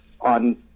on